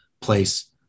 place